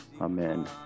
Amen